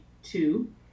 Two